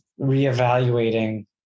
reevaluating